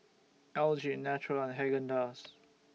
L G Naturel and Haagen Dazs